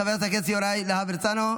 חבר הכנסת יוראי להב הרצנו,